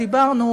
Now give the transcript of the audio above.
דיברנו,